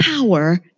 power